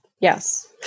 Yes